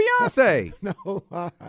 Beyonce